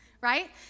right